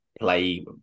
play